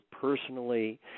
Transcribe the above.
personally